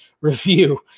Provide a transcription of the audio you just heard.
review